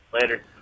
later